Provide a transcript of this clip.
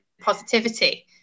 positivity